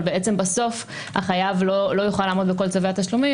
אבל בעצם בסוף החייב לא יוכל לעמוד בכל צווי התשלומים